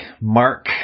Mark